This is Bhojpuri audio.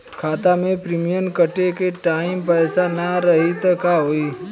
खाता मे प्रीमियम कटे के टाइम पैसा ना रही त का होई?